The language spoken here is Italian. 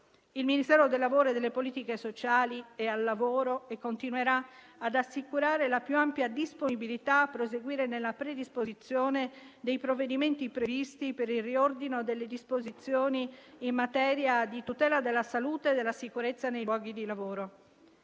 Il Ministero del lavoro e delle politiche sociali è al lavoro e continuerà ad assicurare la più ampia disponibilità a proseguire nella predisposizione dei provvedimenti previsti per il riordino delle disposizioni in materia di tutela della salute e della sicurezza nei luoghi di lavoro.